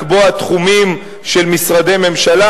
לקבוע תחומים של משרדי ממשלה.